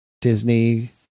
Disney